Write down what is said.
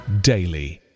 daily